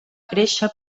créixer